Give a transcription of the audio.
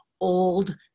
old